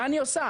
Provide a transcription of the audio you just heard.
מה אני עושה?